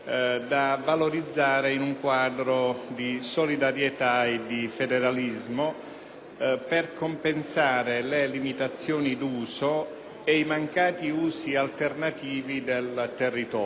per compensare le limitazioni d'uso e i mancati usi alternativi del territorio. Tale misura peraltro è stata oggetto in altre circostanze di